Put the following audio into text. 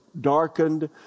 darkened